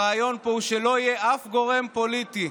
הרעיון פה הוא שלא יהיה אף גורם פוליטי,